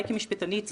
אולי כמשפטנית,